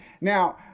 Now